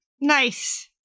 Nice